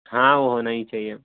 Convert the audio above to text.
ہاں وہ ہونا ہی چاہیے